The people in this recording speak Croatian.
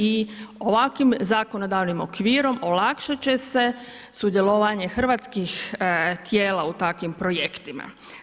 I ovakvim zakonodavni okvirom olakšati će se sudjelovanje hrvatskih tijela u takvim projektima.